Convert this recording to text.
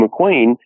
McQueen